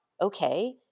okay